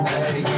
Hey